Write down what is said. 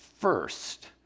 first